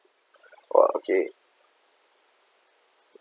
!wah! okay